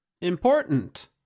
Important